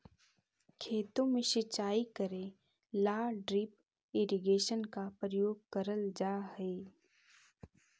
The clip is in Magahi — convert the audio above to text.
खेतों में सिंचाई करे ला ड्रिप इरिगेशन का प्रयोग करल जा हई